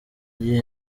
gihe